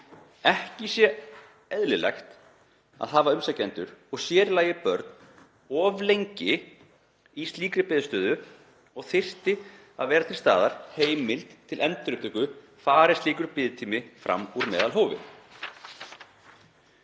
Ekki sé eðlilegt að hafa umsækjendur og sér í lagi börn of lengi í slíkri biðstöðu og þyrfti að vera til staðar heimild til endurupptöku fari slíkur biðtími fram úr meðalhófi.“